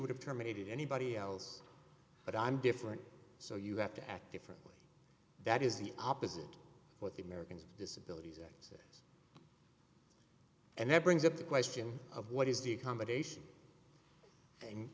would have terminated anybody else but i'm different so you have to act differently that is the opposite of what the americans disabilities act and that brings up the question of what is the accommodation and